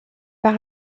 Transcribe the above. par